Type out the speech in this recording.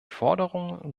forderungen